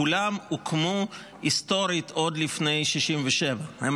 כולן הוקמו היסטורית עוד לפני 1967. הן